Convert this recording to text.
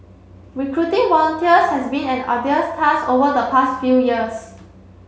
recruiting volunteers has been an arduous task over the past few years